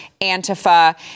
Antifa